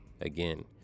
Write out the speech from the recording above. again